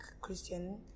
Christian